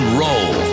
roll